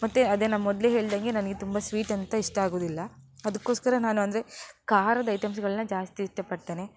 ಮತ್ತು ಅದೇ ನಾ ಮೊದಲೇ ಹೇಳ್ದಂಗೆ ನನಗೆ ತುಂಬ ಸ್ವೀಟಂತೂ ಇಷ್ಟ ಆಗೋದಿಲ್ಲ ಅದಕ್ಕೋಸ್ಕರ ನಾನು ಅಂದರೆ ಖಾರದ ಐಟಮ್ಸ್ಗಳನ್ನು ಜಾಸ್ತಿ ಇಷ್ಟಪಡ್ತೇನೆ